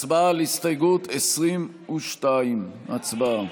הצבעה על הסתייגות 22. הצבעה.